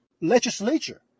legislature